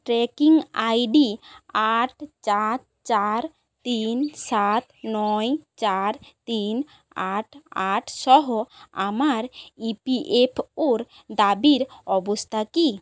tracking I D আট চার চার তিন সাত নয় চার তিন আট আট সহ আমার ইপিএফওর দাবির অবস্থা কী